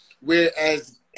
whereas